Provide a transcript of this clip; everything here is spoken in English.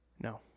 No